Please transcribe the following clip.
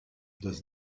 does